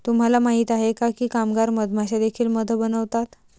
तुम्हाला माहित आहे का की कामगार मधमाश्या देखील मध बनवतात?